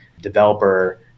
developer